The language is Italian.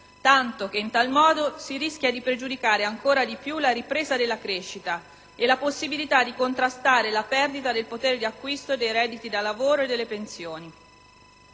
tanto che in tal modo si rischia di pregiudicare ancora di più la ripresa della crescita e la possibilità di contrastare la perdita del potere di acquisto dei redditi da lavoro e delle pensioni.